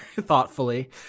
thoughtfully